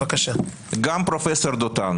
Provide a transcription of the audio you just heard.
גם פרופ' דותן